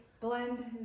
blend